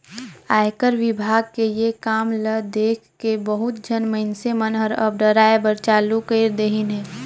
आयकर विभाग के ये काम ल देखके बहुत झन मइनसे मन हर अब डराय बर चालू कइर देहिन हे